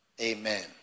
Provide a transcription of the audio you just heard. Amen